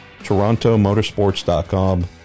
TorontoMotorsports.com